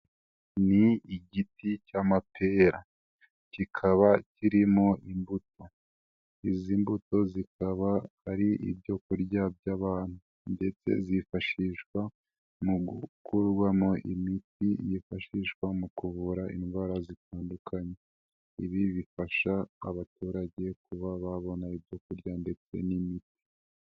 Ni igiti cy'amapera, kikaba kiririmo imbuto, izi mbuto zikaba ari ibyo kurya by'abantu ndetse zifashishwa mu gukorwamo imiti yifashishwa mu kuvura indwara zitandukanye, ibi bifasha abaturage kuba babona ibyo kurya ndetse n'imiti.